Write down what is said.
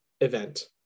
event